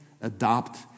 adopt